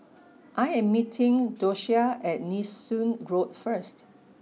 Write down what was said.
I am meeting Doshia at Nee Soon Road first